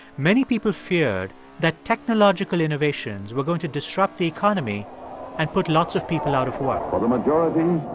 many people feared that technological innovations were going to disrupt the economy and put lots of people out of work for the majority,